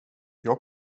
jag